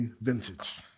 vintage